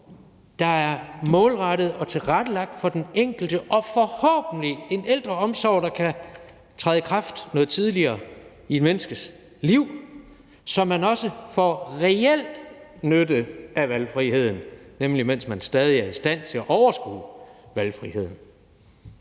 der er målrettet og tilrettelagt efter den enkelte, og forhåbentlig en ældreomsorg, der kan træde i kraft noget tidligere i et menneskes liv, så folk også får reel nytte af valgfriheden, nemlig mens de stadig er i stand til at overskue valgfriheden.